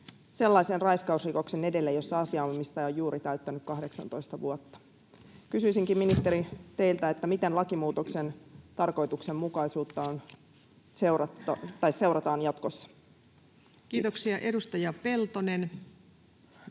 sellaisen raiskausrikoksen edelle, jossa asianomistaja on juuri täyttänyt 18 vuotta. Kysyisinkin, ministeri, teiltä, miten lakimuutoksen tarkoituksenmukaisuutta seurataan jatkossa. [Speech 167] Speaker: